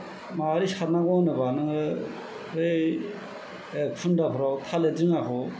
मारै सार नांगौ होनोब्ला नोंङो बै खुन्दाफ्राव थालिर दिङाखौ